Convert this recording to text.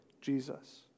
Jesus